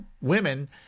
women